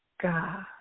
God